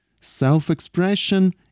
self-expression